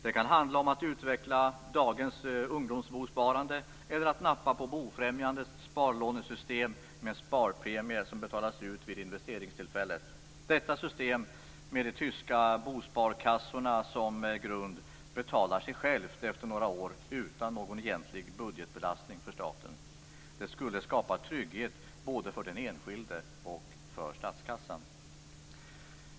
Det kan handla om att utveckla dagens ungdomsbosparande eller att nappa på Bofrämjandets sparlånesystem med en sparpremie som betalas ut vid investeringstillfället. Detta system med de tyska bosparkassorna som grund betalar sig självt efter några utan någon egentlig budgetbelastning för staten. Det skulle skapa trygghet både för den enskilde och för statskassan.